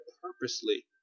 purposely